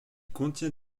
contient